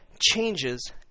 changes